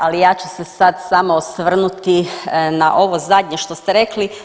Ali ja ću se sad samo osvrnuti na ovo zadnje što ste rekli.